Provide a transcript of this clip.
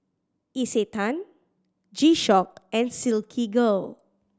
Isetan G Shock and Silkygirl